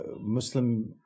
Muslim